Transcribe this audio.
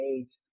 eight